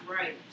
right